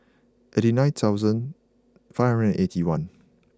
eighty nine thousand five hundred and eighty one